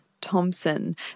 Thompson